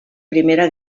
primera